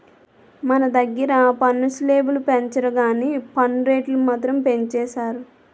మన దగ్గిర పన్ను స్లేబులు పెంచరు గానీ పన్ను రేట్లు మాత్రం పెంచేసారు